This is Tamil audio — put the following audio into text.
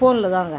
ஃபோனில் தாங்க